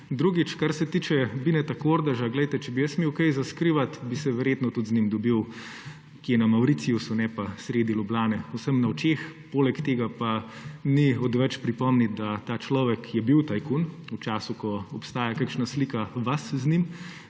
Drugič, kar se tiče Bineta Kordeža, glejte, če bi jaz imel kaj za skrivati, bi se verjetno tudi z njim dobil kje na Mauritiusu, ne pa sredi Ljubljane, vsem na očeh. Poleg tega pa ni odveč pripomniti, da ta človek je bil tajkun v času, ko obstaja kakšna slika vas z njim,